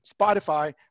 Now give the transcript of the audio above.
Spotify